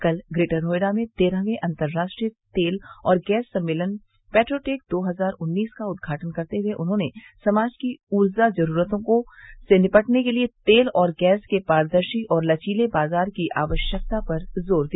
कल ग्रेटर नोएडा में तेरहवें अंतर्राष्ट्रीय तेल और गैस सम्मेलन पेट्रोटेक दो हजार उन्नीस का उदघाटन करते हए उन्होंने समाज की ऊर्जा जरूरतों से निपटने के लिए तेल और गैस के पारदर्शी और लचीले बाजार की आवश्यकता पर जोर दिया